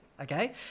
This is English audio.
okay